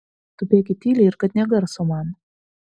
tupėkit tyliai ir kad nė garso man